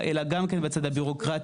אלא גם כן בצד הבירוקרטי,